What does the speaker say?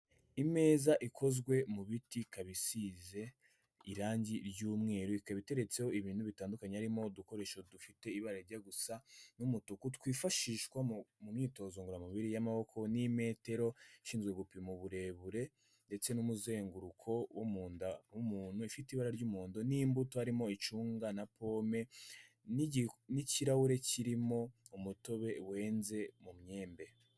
Imeza ikozwe mu biti, ikaba isize irangi ry'umweru, ikaba iteretseho ibintu bitandukanye harimo udukoresho dufite ibara rijya gusa n'umutuku, twifashishwa mu myitozo ngoramubiri y'amaboko, n'imetero ishinzwe gupima uburebure, ndetse n'umuzenguruko wo mu nda w'umuntu, ifite ibara ry'umuhondo, n'imbuto harimo icunga, na pome, n'ikirahure kirimo umutobe wenze mu myembe.